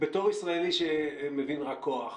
בתור ישראלי שמבין רק כוח,